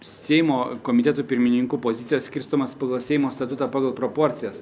seimo komitetų pirmininkų pozicijos skirstomos pagal seimo statutą pagal proporcijas